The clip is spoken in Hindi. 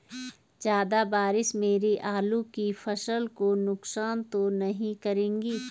ज़्यादा बारिश मेरी आलू की फसल को नुकसान तो नहीं करेगी?